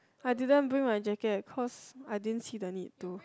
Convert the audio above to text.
I didn't bring my jacket cause I didn't see the need to